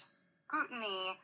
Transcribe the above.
scrutiny